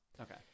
Okay